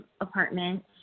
apartment